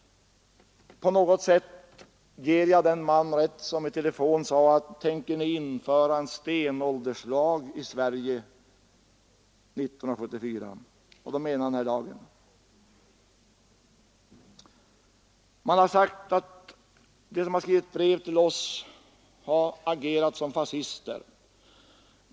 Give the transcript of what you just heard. På något sätt ger jag den mannen rätt som i telefonen frågade mig: Tänker ni införa en stenålderslag i Sverige 1974? Han avsåg den föreslagna lagen. Här har sagts att de som har skrivit brev till oss har agerat som fascister.